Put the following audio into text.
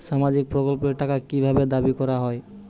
সামাজিক প্রকল্পের টাকা কি ভাবে দাবি করা হয়?